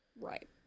Right